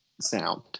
sound